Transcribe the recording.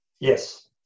Yes